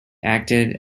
acted